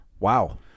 Wow